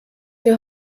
wir